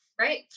right